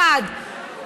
היות שמה שקורה בכניסות,